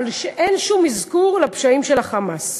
אבל אין שום אזכור לפשעים של ה"חמאס".